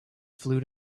flew